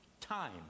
Time